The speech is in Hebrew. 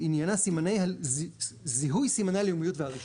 עניינה זיהוי סימני הלאומיות והרישום.